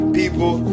people